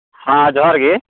ᱦᱮᱸ ᱡᱚᱦᱟᱨ ᱜᱮ